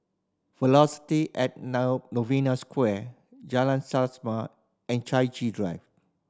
Velocity at Novena Square Jalan Selaseh and Chai Chee Drive